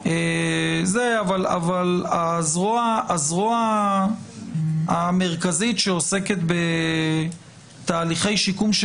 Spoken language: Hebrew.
שהזרוע המרכזית שעוסקת בתהליכי שיקום של